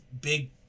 big